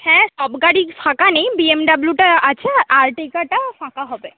হ্যাঁ সব গাড়ি ফাঁকা নেই বিএমডব্লুটা আছে আর্টিকাটা ফাঁকা হবে